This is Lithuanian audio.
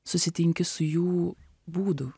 susitinki su jų būdu